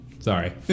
Sorry